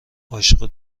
عاشق